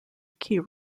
key